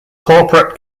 corporate